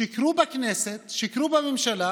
שיקרו בכנסת, שיקרו בממשלה,